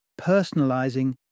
Personalizing